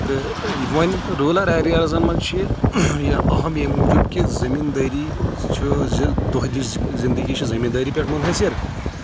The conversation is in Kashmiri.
تہٕ وۄنۍ روٗلَر ایریازَن منٛز چھِ یہِ اَہم ییٚمہِ موٗجوٗب کہِ زٔمیٖندٲری چھُ زِ دۄہ دِش زِندگی چھِ زٔمیٖندٲری پؠٹھ مُنسِر